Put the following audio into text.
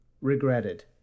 regretted